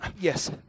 Yes